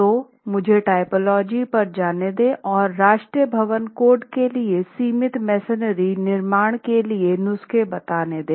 तो मुझे टाइपोलॉजी पर जाने दे और राष्ट्रीय भवन कोड के लिए सीमित मेसनरी निर्माण के लिए नुस्खे बताने दें